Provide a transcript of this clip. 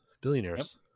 Billionaires